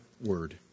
word